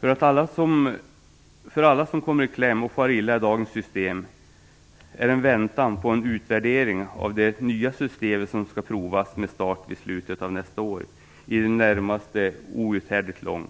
För alla som kommit i kläm och far illa i dagen system är en väntan på en utvärdering av det nya system som skall införas på prov under slutet av nästa år i det närmaste outhärdligt lång.